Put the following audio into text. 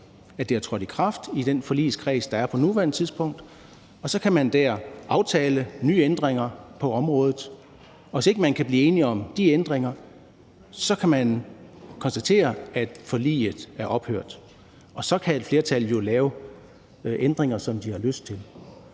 det er trådt i kraft, i den forligskreds, der er på nuværende tidspunkt, og der aftale nye ændringer på området. Og hvis ikke man kan blive enige om de ændringer, så kan man konstatere, at forliget er ophørt, og så kan et flertal jo lave ændringer, som de har lyst til.